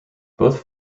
both